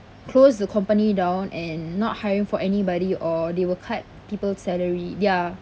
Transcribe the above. close the company down and not hiring for anybody or they will cut people's salary ya